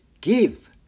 give